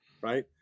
Right